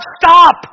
Stop